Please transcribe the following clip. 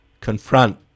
confront